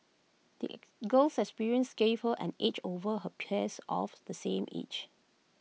the girl's experiences gave her an edge over her peers of the same age